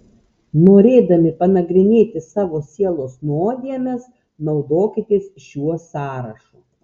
norėdami panagrinėti savo sielos nuodėmes naudokitės šiuo sąrašu